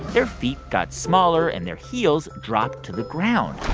their feet got smaller, and their heels dropped to the ground.